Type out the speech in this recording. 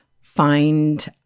find